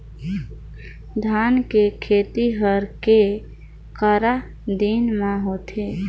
धान के खेती हर के करा दिन म होथे?